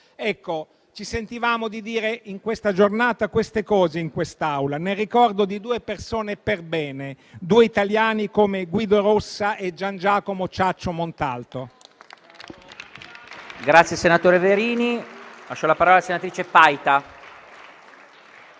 Ecco, ci sentivamo di dire in questa giornata queste cose, in quest'Aula, nel ricordo di due persone per bene, due italiani come Guido Rossa e Gian Giacomo Ciaccio Montalto.